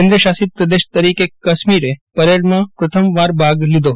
કેન્દ્ર શાસિત પ્રદેશ તરીકે કાશ્મીરે પરેડમાં પ્રથમ વાર ભાગ લીધો